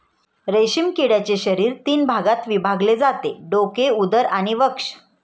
रेशीम किड्याचे शरीर तीन भागात विभागले जाते डोके, उदर आणि वक्ष